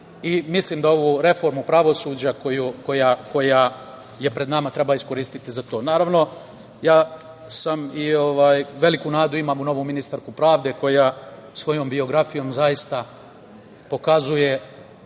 i mislim da ovu reformu pravosuđa, koja je pred nama, treba iskoristiti za to. Naravno, ja i veliku nadu imam u novu ministarku pravde, koja svojom biografijom zaista pokazuje